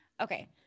okay